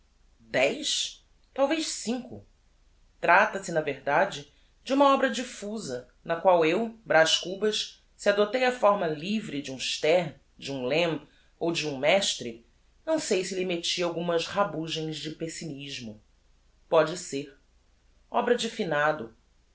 dez talvez cinco trata-se na verdade de uma obra diffusa na qual eu braz cubas se adoptei a fórma livre de um sterne de um lamb ou de um de maistre não sei se lhe metti algumas rabugens de pessimismo póde ser obra de finado